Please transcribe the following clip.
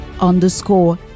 underscore